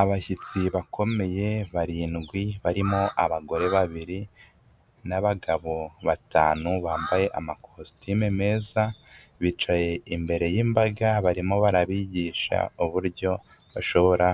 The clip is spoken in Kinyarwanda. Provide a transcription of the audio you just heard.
Abashyitsi bakomeye barindwi barimo abagore babiri n'abagabo batanu bambaye amakositimu meza ,bicaye imbere y'imbaga barimo barabigisha uburyo bashobora